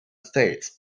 states